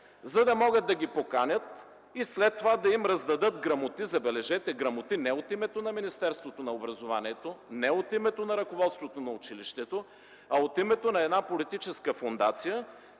за да могат да ги поканят и след това да им раздадат грамоти – забележете, грамоти, но не от името на Министерството на образованието, не от името на ръководството на училището, а от името на една политическа фондация